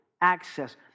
access